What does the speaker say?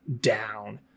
down